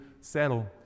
settle